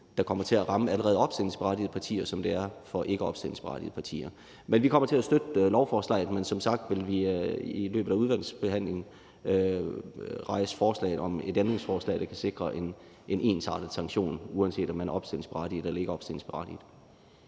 der kommer til at ramme allerede opstillingsberettigede partier, som den, der rammer ikkeopstillingsberettigede partier. Men vi kommer til at støtte lovforslaget, og vi vil som sagt i løbet af udvalgsbehandlingen stille et ændringsforslag, der kan sikre en ensartet sanktion, uanset om man er opstillingsberettiget eller ikke er opstillingsberettiget.